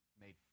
made